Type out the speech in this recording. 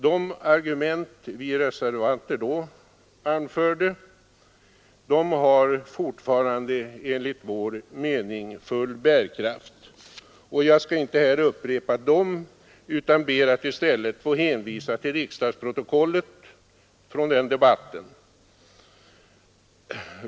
De argument vi reservanter då anförde har fortfarande enligt vår mening full bärkraft, och jag skall inte här upprepa dem utan ber att i stället få hänvisa till riksdagsprotokollet från den debatten.